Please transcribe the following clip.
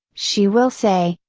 she will say,